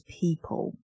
people